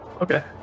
okay